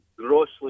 Grossly